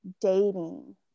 dating